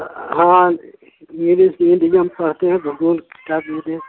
हाँ English medium पढ़ते हैं भूगोल की किताब भी दें